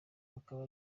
bakaba